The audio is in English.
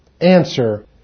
Answer